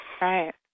Right